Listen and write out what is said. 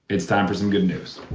it's time for some good news.